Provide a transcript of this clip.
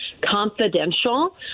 confidential